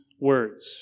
words